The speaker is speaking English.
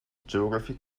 geography